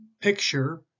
picture